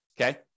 Okay